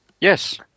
yes